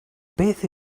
beth